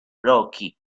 rocky